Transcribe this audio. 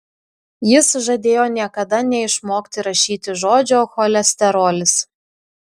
jis žadėjo niekada neišmokti rašyti žodžio cholesterolis